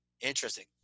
interesting